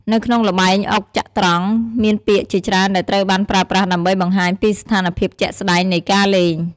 នៅក្នុងល្បែងអុកចត្រង្គ មានពាក្យជាច្រើនដែលត្រូវបានប្រើប្រាស់ដើម្បីបង្ហាញពីស្ថានភាពជាក់ស្តែងនៃការលេង។